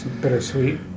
Bittersweet